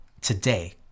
today